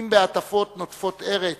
אם בהטפות נוטפות ארס,